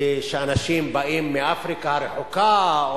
ושאנשים באים מאפריקה הרחוקה,